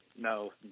No